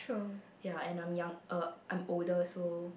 ya and I'm young uh I'm older so